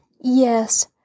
Yes